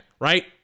right